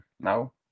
now